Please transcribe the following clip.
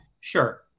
sure